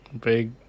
Big